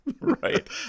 right